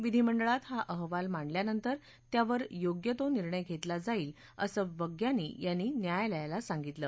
विधीमंडळात आ अहवाल मांडल्यानंतर त्यावर योग्य तो निर्णय घेतला जाईल असं वग्यानी यांनी न्यायालयाला सांगितलं